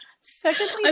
secondly